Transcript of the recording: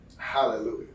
Hallelujah